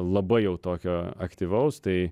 labai jau tokio aktyvaus tai